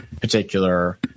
particular